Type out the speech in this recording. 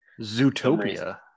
Zootopia